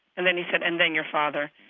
and then he said, and then your father,